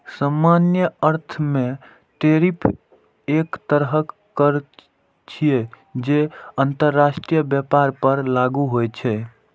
सामान्य अर्थ मे टैरिफ एक तरहक कर छियै, जे अंतरराष्ट्रीय व्यापार पर लागू होइ छै